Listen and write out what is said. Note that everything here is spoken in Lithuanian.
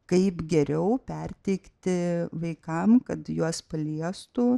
kaip geriau perteikti vaikam kad juos paliestų